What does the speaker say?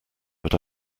but